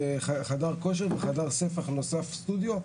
וחדר כושר וחדר ספח נוסף סטודיו,